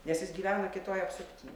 nes jis gyvena kitoj apsupty